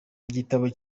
igitabo